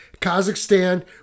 Kazakhstan